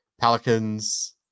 pelicans